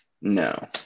No